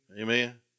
Amen